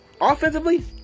Offensively